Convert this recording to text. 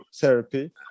therapy